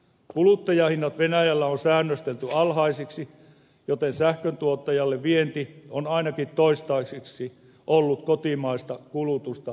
kuluttajahinnat venäjällä on säännöstelty alhaisiksi joten sähköntuottajalle vienti on ainakin toistaiseksi ollut kotimaista kulutusta kannattavampi vaihtoehto